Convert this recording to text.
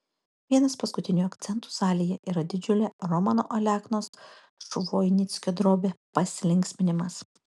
vienas paskutinių akcentų salėje yra didžiulė romano aleknos švoinickio drobė pasilinksminimas